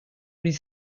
what